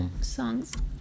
songs